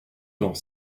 dans